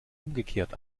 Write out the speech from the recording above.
umgekehrt